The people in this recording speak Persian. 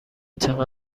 چقدر